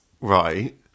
Right